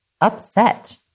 upset